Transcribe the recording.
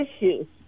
issues